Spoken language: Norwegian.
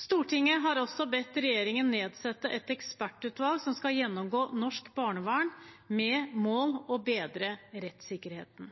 Stortinget har også bedt regjeringen nedsette et ekspertutvalg som skal gjennomgå norsk barnevern med mål om å bedre rettssikkerheten.